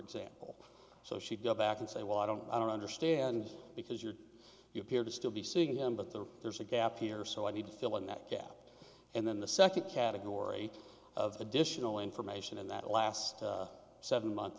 example so she got back and say well i don't i don't understand because you're you appear to still be seeing him but that there's a gap here so i need to fill in that gap and then the second category of additional information in that last seven month